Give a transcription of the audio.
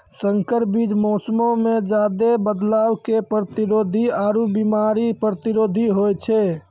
संकर बीज मौसमो मे ज्यादे बदलाव के प्रतिरोधी आरु बिमारी प्रतिरोधी होय छै